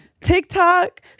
TikTok